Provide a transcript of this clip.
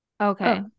Okay